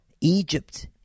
Egypt